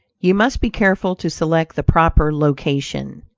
you must be careful to select the proper location.